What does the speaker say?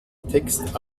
text